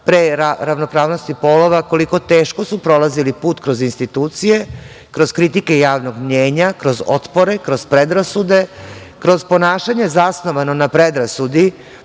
pre ravnopravnosti polova, koliko teško su prolazili put kroz institucije, kroz kritike javnog mnjenja, kroz otpore, kroz predrasude, kroz ponašanje zasnovano na predrasudi